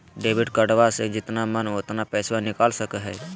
Debit कार्डबा से जितना मन उतना पेसबा निकाल सकी हय?